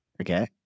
okay